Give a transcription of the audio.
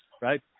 right